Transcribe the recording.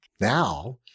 Now